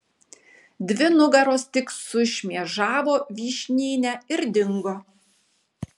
dvi nugaros tik sušmėžavo vyšnyne ir dingo